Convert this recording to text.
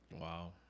Wow